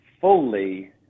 fully